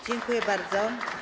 Dziękuję bardzo.